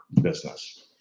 business